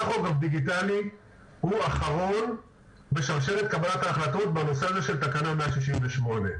טכוגרף דיגיטלי הוא אחרון בשרשרת קבלת ההחלטות בנושא הזה של תקנה 168,